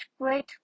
great